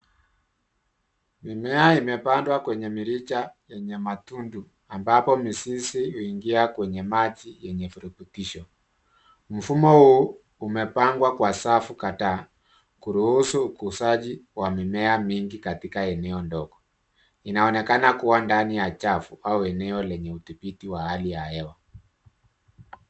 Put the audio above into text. Mimea imepandwa kwenye mirija yenye matundu ambapo mizizi huingia kwenye maji yenye virutubisho. Mfumo huu umepangwa kwa safu kadhaa, kuruhusu ukuzaji wa mimea mingi katika eneo ndogo. Inaonekana kuwa ndani ya chafu au eneo lenye udhibiti wa hali ya hewa.